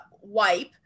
wipe